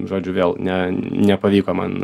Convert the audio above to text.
žodžiu vėl ne nepavyko man